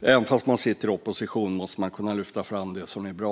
Även om man sitter i opposition måste man kunna lyfta fram det som är bra.